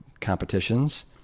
competitions